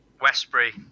Westbury